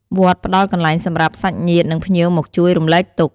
វត្តផ្ដល់កន្លែងសម្រាប់សាច់ញាតិ និងភ្ញៀវមកជួយរំលែកទុក្ខ។